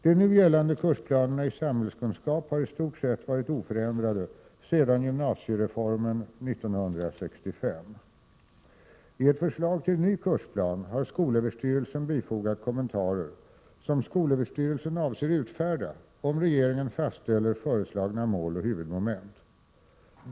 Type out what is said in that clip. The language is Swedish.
De nu gällande kursplanerna i samhällskunskap har i stort sett varit oförändrade sedan gymnasiereformen 1965. I ett förslag till ny kursplan har skolöverstyrelsen bifogat kommentarer, som skolöverstyrelsen avser utfärda om regeringen fastställer föreslagna mål och huvudmoment.